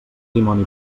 dimoni